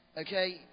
okay